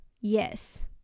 yes